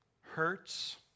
hurts